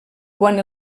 quan